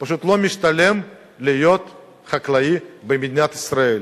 פשוט, לא משתלם להיות חקלאי במדינת ישראל.